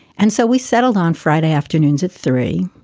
and so we settled on friday afternoons at three